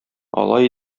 алай